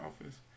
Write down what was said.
office